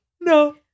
no